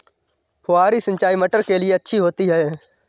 फुहारी सिंचाई मटर के लिए अच्छी होती है?